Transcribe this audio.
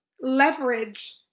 leverage